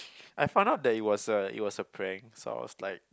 I found out that it was a it was a prank so I was like